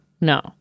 no